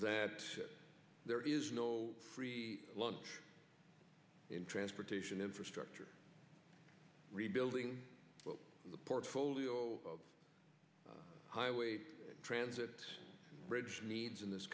that there is no free lunch in transportation infrastructure rebuilding the portfolio highway transit bridge needs in this